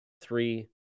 three